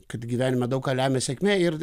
kad gyvenime daug ką lemia sėkmė ir